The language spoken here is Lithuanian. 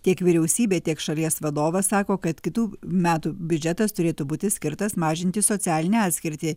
tiek vyriausybė tiek šalies vadovas sako kad kitų metų biudžetas turėtų būti skirtas mažinti socialinę atskirtį